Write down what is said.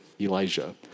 Elijah